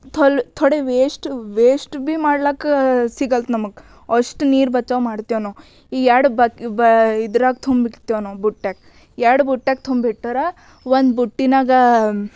ಥೊಲ್ ತೋಡೆ waste waste ಭೀ ಮಾಡ್ಲಾಕ್ಕ ಸಿಗಲ್ದು ನಮಗೆ ಅಷ್ಟು ನೀರು ಬಚಾವ್ ಮಾಡ್ತೇವೆ ನಾವು ಎ ಎರ್ಡು ಬ ಬ ಇದ್ರಾಗ ತುಂಬಿಡ್ತೇವೆ ನಾವು ಬುಟ್ಯಾಗ ಎರ್ಡು ಬುಟ್ಯಾಗ ತುಂಬಿಟ್ರ ಒಂದು ಬುಟ್ಟಿನಾಗ